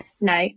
no